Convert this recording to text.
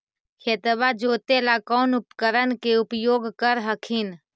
खेतबा जोते ला कौन उपकरण के उपयोग कर हखिन?